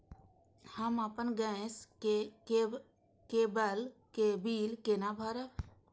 हम अपन गैस केवल के बिल केना भरब?